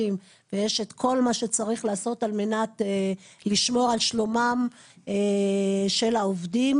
ויש את כל מה שצריך לעשות על מנת לשמור על שלומם של העובדים,